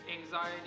anxiety